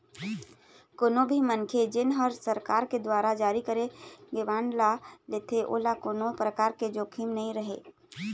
कोनो भी मनखे जेन ह सरकार के दुवारा जारी करे गे बांड ल लेथे ओला कोनो परकार के जोखिम नइ रहय